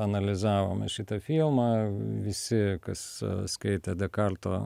analizavome šitą filmą visi kas skaitė dekalto